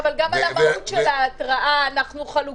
אבל גם על המהות של ההתראה אנחנו חלוקים.